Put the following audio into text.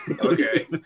Okay